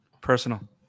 personal